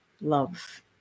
love